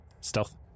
Stealth